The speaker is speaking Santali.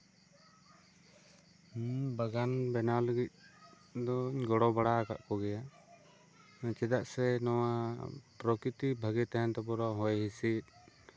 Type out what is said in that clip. ᱦᱮᱸ ᱵᱟᱜᱟᱱ ᱵᱮᱱᱟᱣ ᱞᱟᱹᱜᱤᱫ ᱫᱚ ᱜᱚᱲᱚ ᱵᱟᱲᱟᱣ ᱠᱟᱜ ᱠᱚᱜᱮᱭᱟ ᱪᱮᱫᱟᱜ ᱥᱮ ᱱᱚᱣᱟ ᱯᱨᱟᱠᱤᱛᱤᱠ ᱵᱷᱟᱜᱮ ᱛᱟᱦᱮᱱ ᱛᱟᱨᱯᱚᱨᱮ ᱦᱚᱭ ᱦᱤᱸᱥᱤᱫ